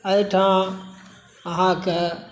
एहिठाम अहाँकेँ